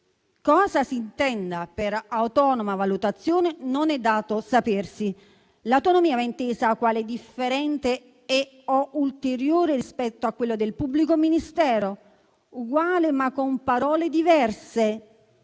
Cosa si intenda per autonoma valutazione non è dato sapersi: l'autonomia va intesa quale differente e/o ulteriore rispetto a quella del pubblico ministero? Uguale, ma con parole diverse?